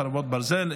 חרבות ברזל),